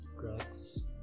drugs